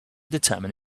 determine